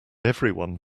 everyone